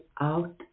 out